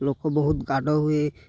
ଲୋକ ବହୁତ ଗାଡ଼ ହୁଏ